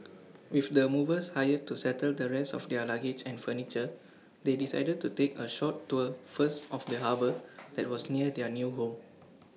with the movers hired to settle the rest of their luggage and furniture they decided to take A short tour first of the harbour that was near their new home